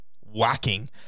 whacking